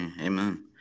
amen